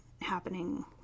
happening